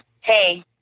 hey